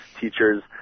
teachers